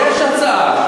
יש הצעה,